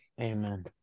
Amen